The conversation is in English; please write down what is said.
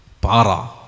Para